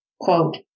quote